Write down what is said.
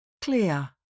Clear